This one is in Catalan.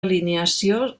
alineació